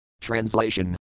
Translation